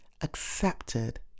accepted